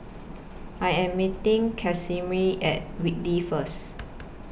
I Am meeting Casimir At Whitley First